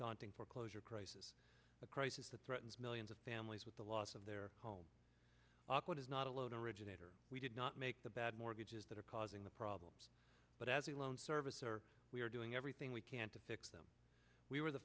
daunting foreclosure crisis a crisis that threatens millions of families with the loss of their home what is not alone originator we did not make the bad mortgages that are causing the problem but as a loan servicer we are doing everything we can to fix them we were the